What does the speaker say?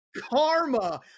karma